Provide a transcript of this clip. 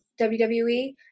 WWE